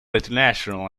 international